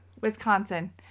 Wisconsin